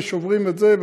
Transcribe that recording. ושוברים את זה,